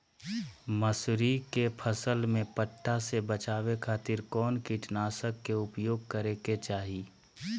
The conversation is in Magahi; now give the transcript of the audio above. मसूरी के फसल में पट्टा से बचावे खातिर कौन कीटनाशक के उपयोग करे के चाही?